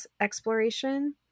exploration